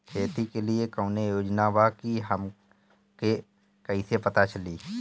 खेती के लिए कौने योजना बा ई हमके कईसे पता चली?